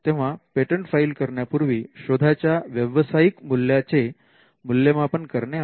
तेव्हा patent file करण्यापूर्वी शोधाच्या व्यवसायिक मूल्या चे मूल्यमापन करणे आवश्यक असते